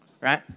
right